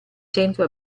centro